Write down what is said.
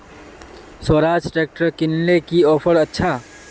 Swaraj tractor किनले की offer अच्छा?